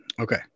Okay